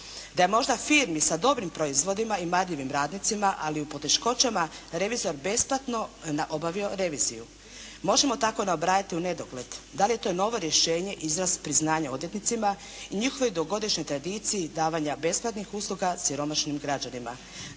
Da možda firmi sa dobrim proizvodima i marljivim radnicima, ali u poteškoćama, revizor besplatno obavio reviziju. Možemo tako nabrajati u nedogled. Da li je to novo rješenje izraz priznanja odvjetnicima i njihovoj dugogodišnjoj tradiciji davanja besplatnih usluga siromašnim građanima.